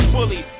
Bully